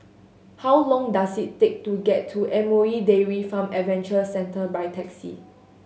how long does it take to get to M O E Dairy Farm Adventure Centre by taxi